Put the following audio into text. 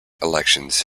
elections